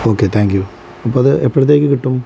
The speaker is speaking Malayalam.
ഓക്കെ താങ്ക് യു അപ്പം അത് എപ്പോഴത്തേക്ക് കിട്ടും